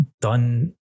done